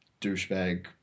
douchebag